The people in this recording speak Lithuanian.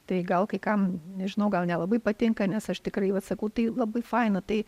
tai gal kai kam nežinau gal nelabai patinka nes aš tikrai vat sakau tai labai faina tai